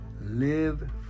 Live